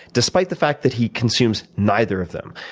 despite the fact that he consumes neither of them.